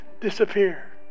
disappear